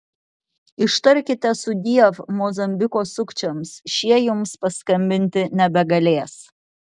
ištarkite sudiev mozambiko sukčiams šie jums paskambinti nebegalės